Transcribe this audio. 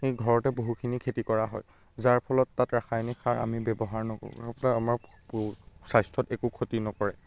ঘৰতে বহুখিনি খেতি কৰা হয় যাৰ ফলত তাত ৰাসায়নিক সাৰ আমি ব্যৱহাৰ নকৰোঁ আমাৰ স্বাস্থ্যত একো ক্ষতি নকৰে